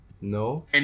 No